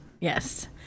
Yes